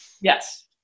Yes